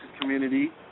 community